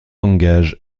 engage